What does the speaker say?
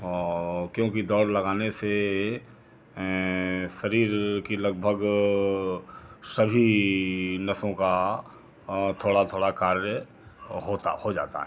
और क्योंकि दौड़ लगाने से शरीर की लगभग सभी नसों का थोड़ा थोड़ा कार्य होता हो जाता है